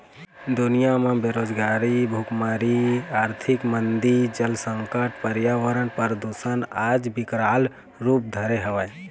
दुनिया म बेरोजगारी, भुखमरी, आरथिक मंदी, जल संकट, परयावरन परदूसन आज बिकराल रुप धरे हवय